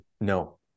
No